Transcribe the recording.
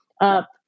up